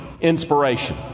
inspiration